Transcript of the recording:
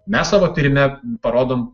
mes savo tyrime parodom